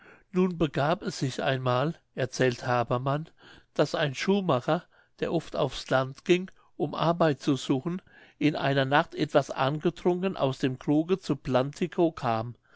nun begab es sich einmal erzählt habermann daß ein schuhmacher der oft aufs land ging um arbeit zu suchen in einer nacht etwas angetrunken aus dem kruge zu plantikow kam